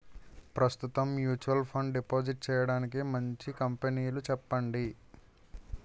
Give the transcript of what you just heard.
ప్రస్తుతం mutual fund deposit చేయడానికి మంచి కంపెనీలు చెప్పండి